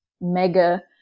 mega